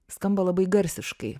skamba labai garsiškai